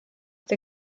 der